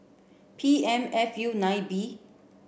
P M F U nine B